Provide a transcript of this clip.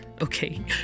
okay